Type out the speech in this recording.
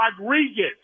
Rodriguez